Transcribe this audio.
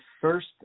first